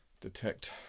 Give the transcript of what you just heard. detect